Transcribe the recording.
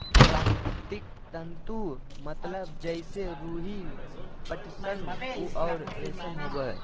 प्राकृतिक तंतु मतलब जैसे रुई, पटसन, ऊन और रेशम होबो हइ